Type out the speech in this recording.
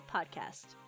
Podcast